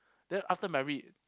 then after merit